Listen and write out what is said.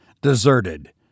deserted